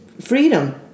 freedom